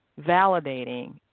validating